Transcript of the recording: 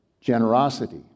generosity